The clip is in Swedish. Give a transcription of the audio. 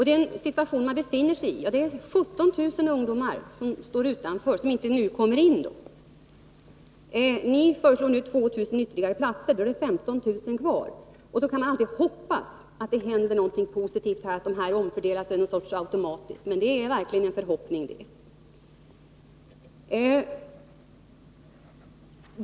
Den situationen är att 17000 ungdomar står utanför gymnasieskolan. Ni föreslår 2 000 ytterligare platser, och då är det 15 000 kvar. Man kan då alltid hoppas att det händer någonting positivt, t.ex. att platserna omfördelas automatiskt. Men det är verkligen bara en from förhoppning.